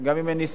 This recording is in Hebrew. אני לא יכול,